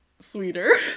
sweeter